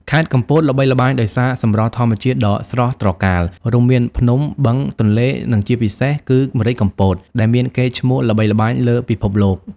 ខេត្តកំពតល្បីល្បាញដោយសារសម្រស់ធម្មជាតិដ៏ស្រស់ត្រកាល រួមមានភ្នំ បឹង ទន្លេ និងជាពិសេសគឺ ម្រេចកំពត ដែលមានកេរ្តិ៍ឈ្មោះល្បីល្បាញលើពិភពលោក។